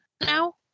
now